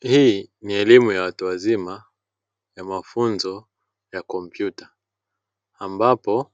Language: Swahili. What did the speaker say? Hii ni elimu ya watu wazima ya mafunzo ya tarakirishi ambapo